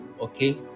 okay